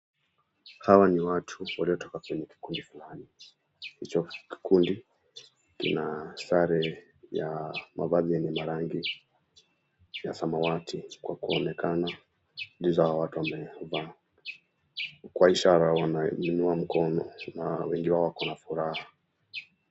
Hawa ni watu waliotoka kwenye kikundi fulani. Hicho kikundi kina sare ya mavazi yenye marangi ya samawati kwa kuonekana ndizo hawa watu wamevaa. Kwa ishara wanainua mkono na wengi wao wako na furaha.